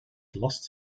last